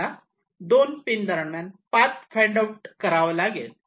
मला दोन पिन दरम्यान पाथ फाईंड आऊट करावा लागेल